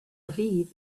aviv